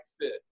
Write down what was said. fit